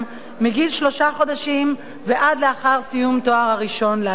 שלושה חודשים ועד לאחר סיום התואר הראשון בעתיד לבוא.